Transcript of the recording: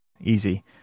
easy